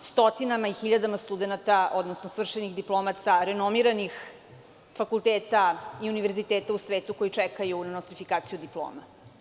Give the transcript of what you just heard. stotinama i hiljadama studenata, odnosno svršenih diplomaca renomiranim fakulteta i univerziteta u svetu koji čekaju na nostrifikaciju diploma.